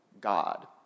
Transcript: God